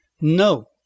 no